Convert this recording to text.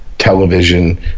television